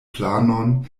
planon